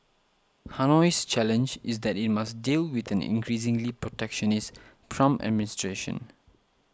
Hanoi's challenge is that it must deal with an increasingly protectionist Trump administration